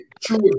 true